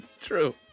True